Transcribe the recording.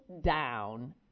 down